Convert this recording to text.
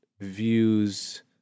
views